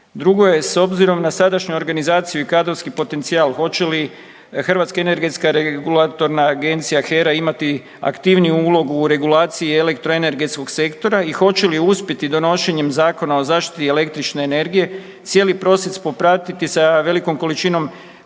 Drugo je, s obzirom na sadašnju organizaciju i kadrovski potencijal hoće li Hrvatska energetska regulatorna agencija (HERA-a) imati aktivniju ulogu aktivniju ulogu u regulaciji elektroenergetskog sektora i hoće li uspjeti donošenjem Zakona o zaštiti električne energije cijeli proces popratiti sa velikom količinom